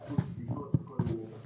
ככול שיהיה 100% בדיקות בכל מיני תחנות